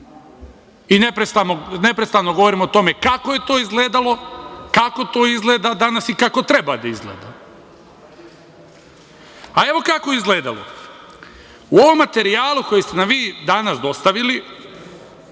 i neprestano govorimo o tome kako je to izgledalo, kako to izgleda danas i kako treba da izgleda. Evo kako je izgledalo – u ovom materijalu koji ste nam vi danas dostavili,